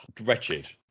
wretched